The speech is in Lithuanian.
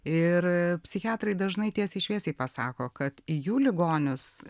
ir psichiatrai dažnai tiesiai šviesiai pasako kad į jų ligonius